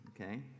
okay